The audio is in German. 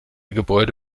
gebäude